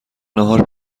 ناهار